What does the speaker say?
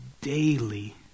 daily